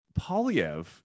Polyev